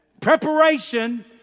Preparation